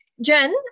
jen